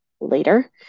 later